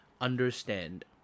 understand